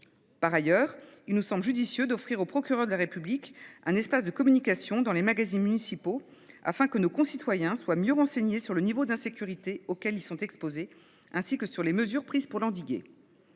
Par ailleurs, il nous semble judicieux d’offrir aux procureurs de la République un espace de communication dans les magazines municipaux, afin que nos concitoyens soient mieux renseignés sur le niveau d’insécurité auquel ils sont exposés, ainsi que sur les mesures prises pour l’endiguer.